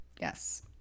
Yes